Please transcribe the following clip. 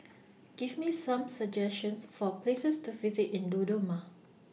Give Me Some suggestions For Places to visit in Dodoma